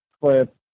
clip